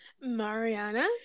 Mariana